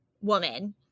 woman